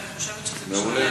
ואני חושבת שזה משתלב